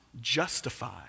justify